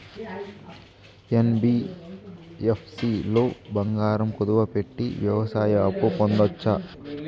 NBFC లో బంగారం కుదువు పెట్టి వ్యవసాయ అప్పు పొందొచ్చా?